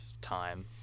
time